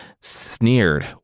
sneered